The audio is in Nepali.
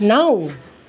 नौ